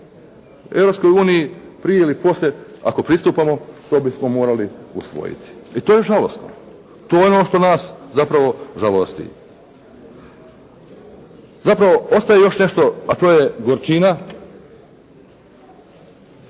uniji prije ili poslije ako pristupamo to bismo morali usvojiti i to je žalosno. To je ono što nas zapravo žalosti. Zapravo ostaje još nešto, a to je gorčina.